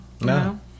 no